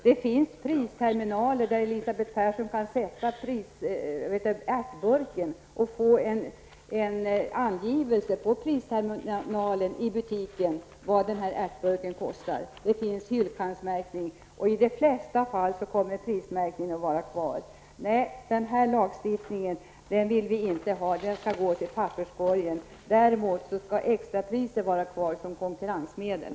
Det finns pristerminaler där Elisabeth Persson kan sätta ärtburken och få en uppgift om vad den kostar. Det finns hyllkantsmärkning och i de flesta fall så kommer prismärkningen att vara kvar. Nej, den här lagstiftningen vill vi inte ha, den skall gå till papperskorgen. Däremot skall extrapriser vara kvar som konkurrensmedel.